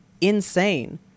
insane